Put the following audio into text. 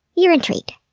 you're intrigued.